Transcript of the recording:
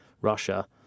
Russia